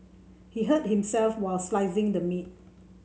he hurt himself while slicing the meat